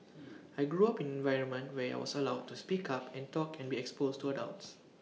I grew up in environment where I was allowed to speak up and talk and be exposed to adults